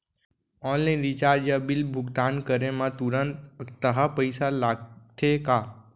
Online recharge या bill भुगतान करे मा तुरंत अक्तहा पइसा लागथे का?